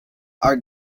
are